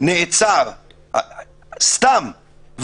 נעצר סתם,